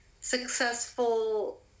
successful